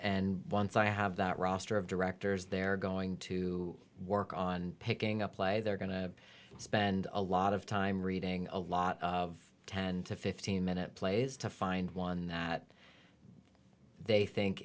and once i have that roster of directors they're going to work on picking up play they're going to spend a lot of time reading a lot of ten to fifteen minute plays to find one that they think